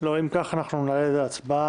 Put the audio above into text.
אם כך, אנחנו נעלה להצבעה.